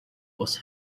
was